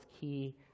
key